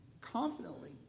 confidently